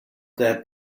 that